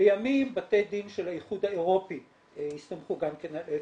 לימים בתי הדין של האיחוד האירופי הסתמכו גם על FCTC,